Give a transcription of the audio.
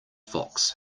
fox